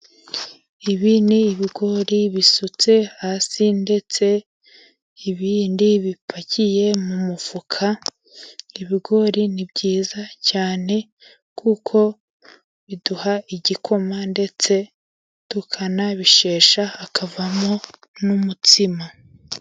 Ibi ni ibigori bisutse hasi ndetse ibindi bipakiye mu mufuka, ibigori ni byiza cyane kuko biduha igikoma ndetse tukanabishesha hakavamo n'umutsima.